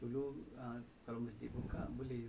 hmm ya